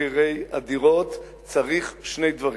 מחירי הדירות צריך שני דברים.